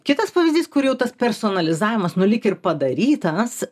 kitas pavyzdys kur jau tas personalizuojamas nu lyg ir padarytas